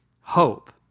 hope